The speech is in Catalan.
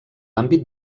àmbit